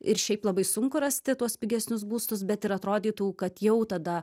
ir šiaip labai sunku rasti tuos pigesnius būstus bet ir atrodytų kad jau tada